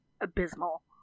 abysmal